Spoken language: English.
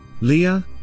Leah